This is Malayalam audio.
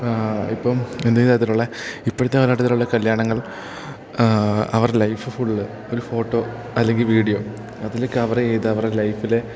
ഇപ്പം ഇന്നീ തരത്തിലുള്ള ഇപ്പോഴത്തെ കാലഘട്ടത്തിലുള്ള കല്യാണങ്ങൾ അവരുടെ ലൈഫ് ഫുൾ ഒരു ഫോട്ടോ അല്ലെങ്കിൽ വീഡിയോ അതിൽ കവർ ചെയ്ത് അവരുടെ ലൈഫിലെ